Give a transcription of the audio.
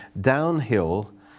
downhill